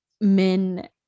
men